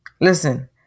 Listen